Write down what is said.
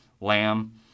Lamb